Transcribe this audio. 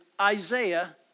Isaiah